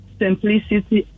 simplicity